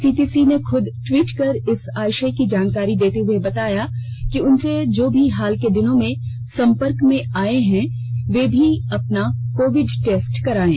CP Singh ने खुद tweet कर इस आशय की जानकारी देते हुए बताया कि उनसे जो भी हाल के दिनों में संपर्क में आये हैं वे भी अपना कोविड टेस्ट करायें